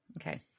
okay